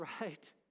right